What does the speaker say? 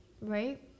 right